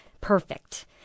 Perfect